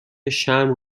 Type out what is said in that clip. شرم